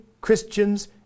Christians